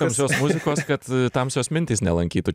tamsios muzikos kad tamsios mintys nelankytų